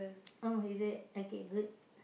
oh is it okay good